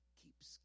keeps